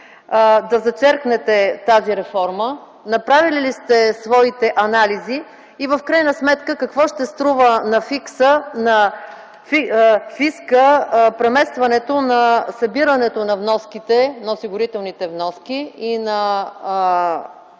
да зачеркнете тази реформа? Направили ли сте своите анализи? В крайна сметка какво ще струва на фиска преместването на събирането на вноските, на осигурителните вноски, и на